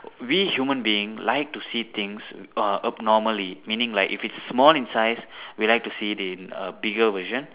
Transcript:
we human beings like to see things uh abnormally meaning like if it's small in size we like to see it in a bigger version